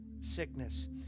sickness